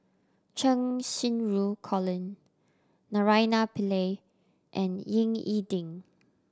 Cheng Xinru Colin Naraina Pillai and Ying E Ding